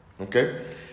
Okay